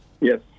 Yes